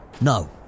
No